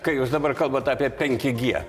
kai jus dabar kalbat apie penki g